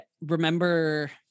remember